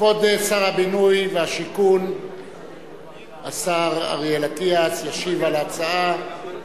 כבוד שר הבינוי והשיכון השר אריאל אטיאס ישיב על ההצעה,